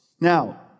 Now